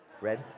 Red